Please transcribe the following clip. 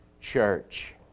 church